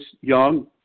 young